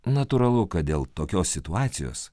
natūralu kad dėl tokios situacijos